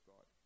God